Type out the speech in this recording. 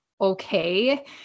okay